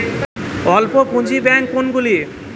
অল্প পুঁজি ব্যাঙ্ক কোনগুলি?